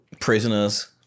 Prisoners